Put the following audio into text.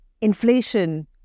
inflation